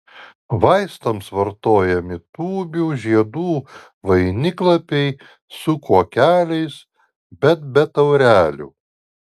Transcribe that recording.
vaistams vartojami tūbių žiedų vainiklapiai su kuokeliais bet be taurelių